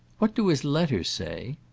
what do his letters say?